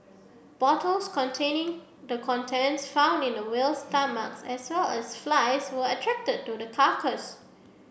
bottles containing the contents found in the whale's stomach as well as flies were attracted to the carcass